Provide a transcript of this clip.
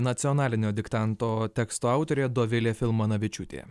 nacionalinio diktanto teksto autorė dovilė filmanavičiūtė